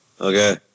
okay